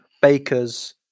bakers